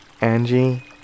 Angie